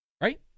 right